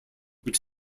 which